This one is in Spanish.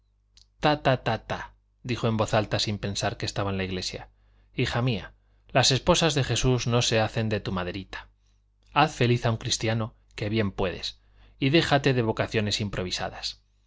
ta ta dijo en voz alta sin pensar que estaba en la iglesia hija mía las esposas de jesús no se hacen de tu maderita haz feliz a un cristiano que bien puedes y déjate de vocaciones improvisadas